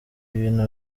ibintu